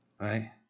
right